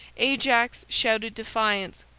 ajax shouted defiance,